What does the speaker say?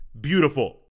beautiful